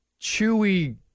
chewy